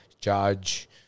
judge